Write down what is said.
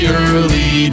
early